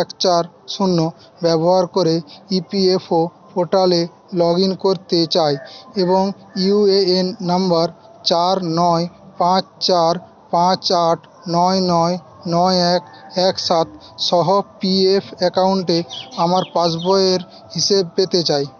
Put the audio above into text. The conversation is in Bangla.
এক চার শূন্য ব্যবহার করে ই পি এফ ও পোর্টালে লগ ইন করতে চাই এবং ইউ এ এন নম্বর চার নয় পাঁচ চার পাঁচ আট নয় নয় নয় এক এক সাত সহ পি এফ অ্যাকাউন্টে আমার পাসবইয়ের হিসেব পেতে চাই